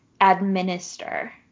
administer